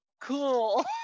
cool